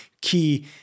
key